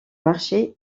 marché